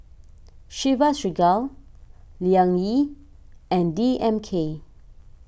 Chivas Regal Liang Yi and D M K